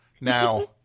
now